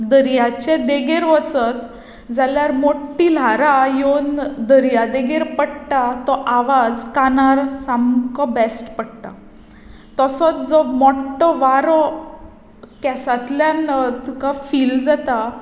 दर्याचे देगेर वचत जाल्यार मोट्टी ल्हारां येवन दर्या देगेर पडटा तो आवाज कानार सामको बेस्ट पडटा तसोच जो मोठ्ठो वारो केंसांतल्यान तुका फील जाता